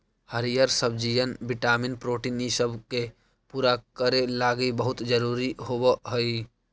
हरीअर सब्जियन vitamin protein ईसब के पूरा करे लागी बहुत जरूरी होब हई